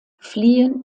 fliehen